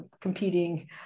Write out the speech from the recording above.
competing